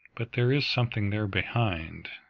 but there is something there behind,